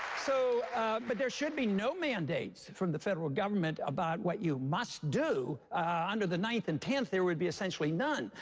so but there should be no mandates from the federal government about what you must do under the ninth and tenth. there would be essentially none.